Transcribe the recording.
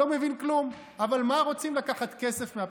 לא מבין כלום, אבל מה, רוצים לקחת כסף מהפריפריה.